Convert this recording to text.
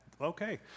okay